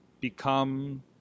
become